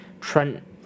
Trent